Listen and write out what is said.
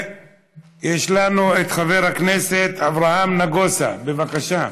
יש לנו את חבר הכנסת אברהם נגוסה, בבקשה.